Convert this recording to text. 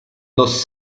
dos